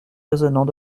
résonnant